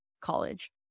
college